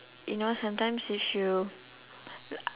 you know sometimes you